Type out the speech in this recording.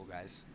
guys